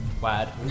Wad